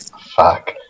Fuck